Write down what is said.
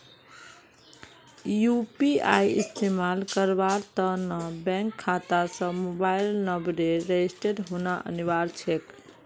UPI इस्तमाल करवार त न बैंक खाता स मोबाइल नंबरेर रजिस्टर्ड होना अनिवार्य छेक